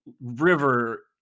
river